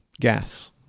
gas